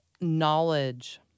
knowledge